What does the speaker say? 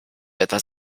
etwas